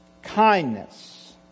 Kindness